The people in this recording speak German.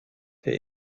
der